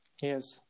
yes